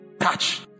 Touch